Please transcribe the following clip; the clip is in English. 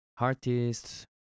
artists